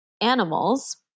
animals